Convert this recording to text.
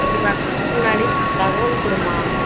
ஒரு வாரத்துக்கு முன்னாடி தகவல் கொடும்மா